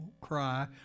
cry